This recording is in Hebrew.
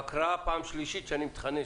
ההבהרה נאמרה פעם שנייה ושלישית ואני שמח.